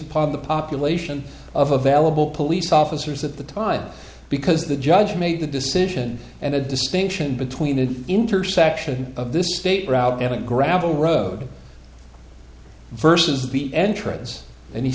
upon the population of available police officers at the time because the judge made the decision and a distinction between the intersection of this state route and a gravel road vs the entrance and he